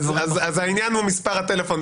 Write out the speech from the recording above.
אז העניין הוא מספר הטלפון,